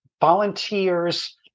volunteers